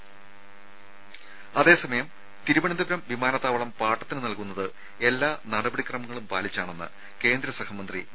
രുമ അതേസമയം തിരുവനന്തപുരം വിമാനത്താവളം പാട്ടത്തിന് നൽകുന്നത് എല്ലാ നടപടി ക്രമങ്ങളും പാലിച്ചാണെന്ന് കേന്ദ്രസഹമന്ത്രി വി